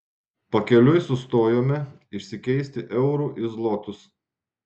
pakeliui sustojome išsikeisti eurų į zlotus